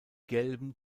gelben